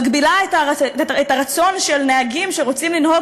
מגביל את הרצון של נהגים שרוצים לנהוג